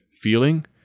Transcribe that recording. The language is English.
feeling